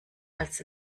als